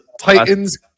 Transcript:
Titans